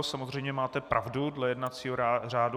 Samozřejmě máte pravdu dle jednacího řádu.